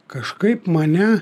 kažkaip mane